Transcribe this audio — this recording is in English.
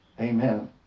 Amen